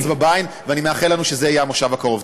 ואני מאחל לנו שזה יהיה הכנס הקרוב.